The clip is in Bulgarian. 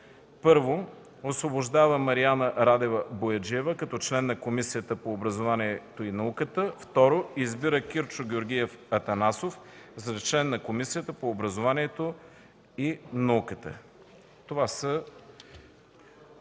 „1. Освобождава Мариана Радева Бояджиева като член на Комисията по образованието и науката. 2. Избира Кирчо Георгиев Атанасов за член на Комисията по образованието и науката.” Това са